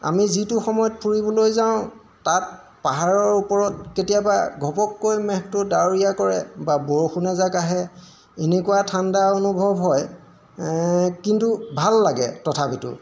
আমি যিটো সময়ত ফুৰিবলৈ যাওঁ তাত পাহাৰৰ ওপৰত কেতিয়াবা ঘপককৈ মেঘটো ডাৱৰীয়া কৰে বা বৰষুণ এজাক আহে এনেকুৱা ঠাণ্ডা অনুভৱ হয় কিন্তু ভাল লাগে তথাপিতো